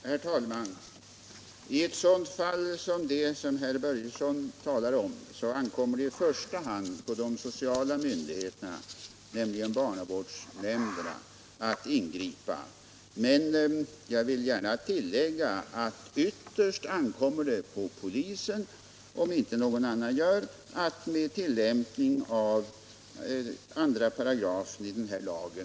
Herr talman! I ett sådant fall som det som herr Börjesson i Falköping talar om ankommer det i första hand på de sociala myndigheterna, nämligen barnavårdsnämnderna, att ingripa. Men jag vill tillägga att det ytterst ankommer på polisen att ingripa, om inte någon annan gör det, med tillämpning av 2§ LTO-lagen.